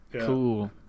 Cool